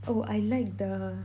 oh I like the